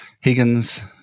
Higgins